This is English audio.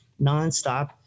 nonstop